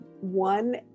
one